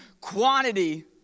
quantity